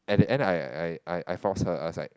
at the end I I I force her I was like